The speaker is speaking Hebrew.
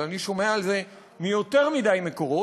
אבל אני שומע על זה מיותר מדי מקורות,